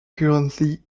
currently